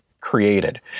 created